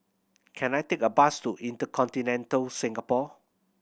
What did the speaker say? can I take a bus to InterContinental Singapore